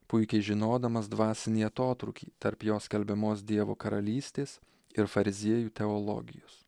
puikiai žinodamas dvasinį atotrūkį tarp jo skelbiamos dievo karalystės ir fariziejų teologijos